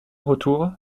retour